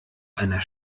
einer